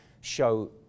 show